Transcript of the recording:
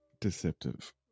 deceptive